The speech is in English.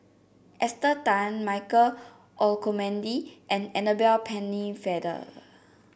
Esther Tan Michael Olcomendy and Annabel Pennefather